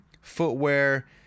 footwear